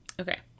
Okay